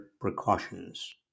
precautions